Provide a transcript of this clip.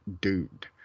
dude